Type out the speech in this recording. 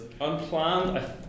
Unplanned